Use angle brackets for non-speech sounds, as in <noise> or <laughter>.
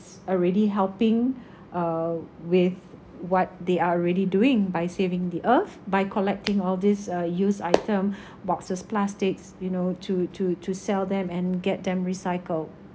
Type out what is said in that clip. already helping uh with what they are already doing by saving the earth by collecting all of these uh used item <breath> boxes plastics you know to to to sell them and get them recycled